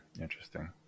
Interesting